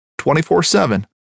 24-7